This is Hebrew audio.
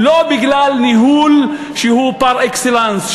לא בגלל ניהול שהוא פר-אקסלנס,